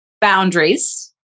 boundaries